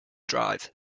drive